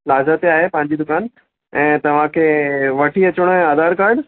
plaza ते आहे पंहिंजी दुकानु ऐं तव्हांखे वठी अचिणो आहे आधार कार्ड